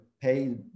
pay